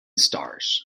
stars